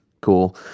cool